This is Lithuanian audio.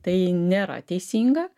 tai nėra teisinga